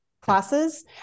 classes